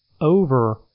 over